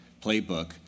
playbook